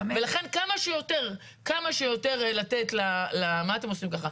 ולכן כמה שיותר לתת, מה אתם עושים ככה?